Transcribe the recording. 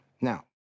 Now